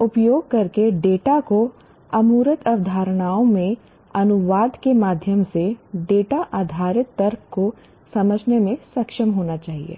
उपयोग करके डेटा को अमूर्त अवधारणाओं में अनुवाद के माध्यम से डेटा आधारित तर्क को समझने में सक्षम होना चाहिए